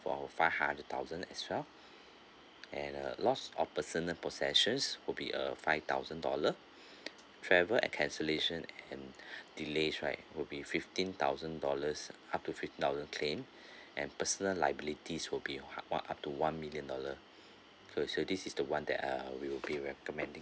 for five hundred thousand as well and uh loss of personal possessions would be a five thousand dollar travel and cancellation and delays right will be fifteen thousand dollars up to fifty thousand claim and personal liabilities will be hun~ up to one million dollar so so this is the one that uh we will be recommending